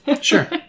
Sure